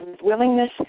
willingness